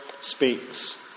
speaks